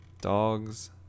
Dogs